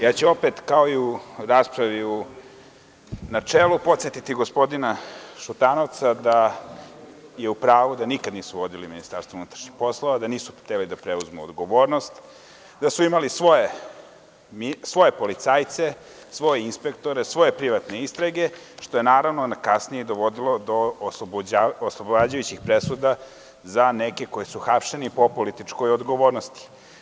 Ja ću opet, kao i u raspravi u načelu, podsetiti gospodina Šutanovca da je u pravu da nikad nisu vodili MUP, da nisu hteli da preuzmu odgovornost, da su imali svoje policajce, svoje inspektore, svoje privatne istrage, što je kasnije i dovodilo do oslobađajućih presuda za neke koji su hapšeni po političkoj odgovornosti.